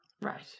right